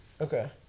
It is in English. Okay